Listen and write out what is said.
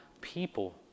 people